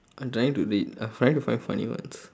I'm trying to read I'm trying to find funny ones